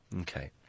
Okay